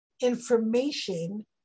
information